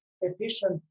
efficient